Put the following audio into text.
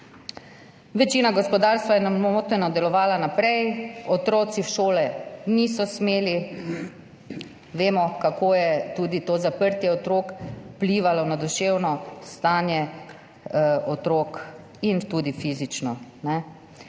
Večina gospodarstva je nemoteno delovalo naprej, otroci v šole niso smeli. Vemo, kako je to zaprtje otrok vplivalo na duševno in tudi fizično